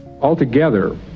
Altogether